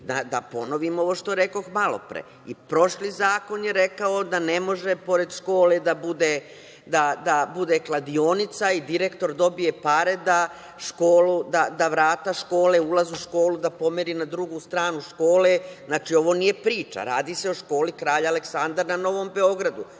ponovim ovo što rekoh malopre i prošli zakon je rekao da ne može pored škole da bude kladionica i direktor dobije pare da vrata škole, ulaz u školu da pomeri na drugu stranu škole. Znači, ovo nije priča radi se o školi „Kralja Aleksandra“ na Novom Beogradu.